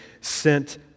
sent